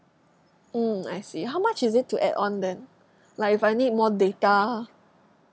mm I see how much is it to add on then like if I need more data